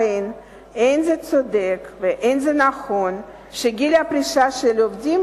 לכן אין זה צודק ואין זה נכון שגיל הפרישה של עובדים